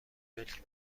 ملک